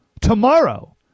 tomorrow